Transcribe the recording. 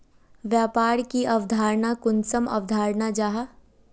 व्यापार की अवधारण कुंसम अवधारण जाहा?